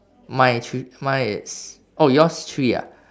mine three mine it's oh yours three ah